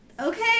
okay